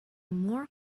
more